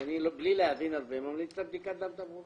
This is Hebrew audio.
אם אני צריך להמליץ לבת שלי דולה או בדיקת דם טבורי,